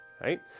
Right